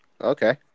Okay